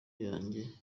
yanjye